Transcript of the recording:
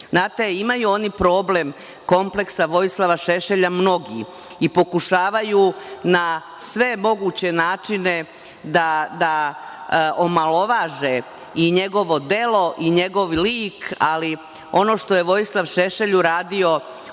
Šešelj? Znate, imaju oni problem kompleksa Vojislava Šešelja, mnogi i pokušavaju na sve moguće načine da omalovaže i njegovo delo i njegov lik, ali ono što je Vojislav Šešelj uradio